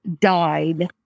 died